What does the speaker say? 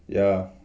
ya